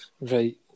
Right